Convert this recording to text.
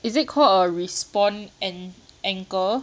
is it called a respawn an~ anchor